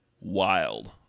wild